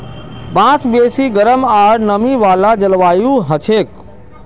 बांस बेसी गरम आर नमी वाला जलवायुत हछेक